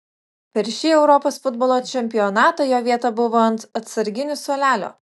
per šį europos futbolo čempionatą jo vieta buvo ant atsarginių suolelio